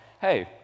Hey